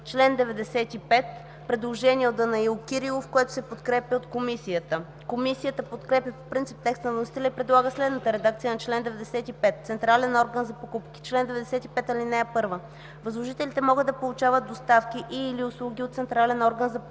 чл. 95 има предложение, което се подкрепя от Комисията. Комисията подкрепя по принцип текста на вносителя и предлага следната редакция на чл. 95: „Централен орган за покупки Чл. 95. (1) Възложителите могат да получават доставки и/или услуги от централен орган за покупки,